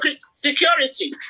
Security